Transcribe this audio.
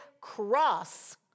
cross